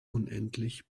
unendlich